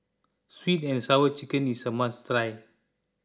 Sweet and Sour Chicken is a must try